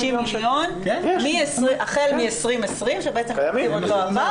מיליון החל מ-2020 שבעצם התזכיר עוד לא עבר,